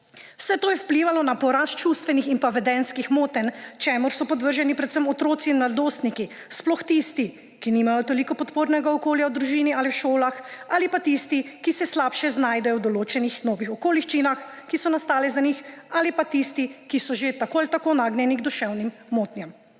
Vse to je vplivalo na porast čustvenih in pa vedenjskih motenj, čemur so podvrženi predvsem otroci in mladostniki; sploh tisti, ki nimajo toliko podpornega okolja v družini ali v šolah, ali pa tistih, ki se slabše znajdejo v določenih novih okoliščinah, ki so nastale za njih, ali pa tisti, ki so že tako ali tako nagnjeni k duševnim motnjam.